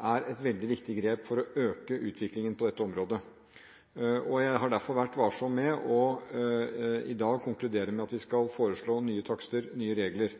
er et veldig viktig grep for å øke utviklingen på dette området. Jeg har derfor vært varsom med å konkludere i dag med at vi skal foreslå nye takster og nye regler.